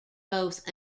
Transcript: both